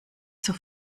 zur